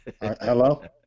Hello